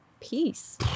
peace